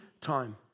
time